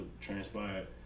Transpired